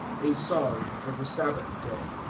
a song for the sabbath day.